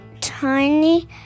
Tiny